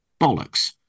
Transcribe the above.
bollocks